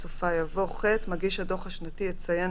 בסופה יבוא: "(ח) מגיש הדוח השנתי יציין